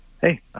hey